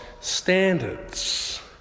standards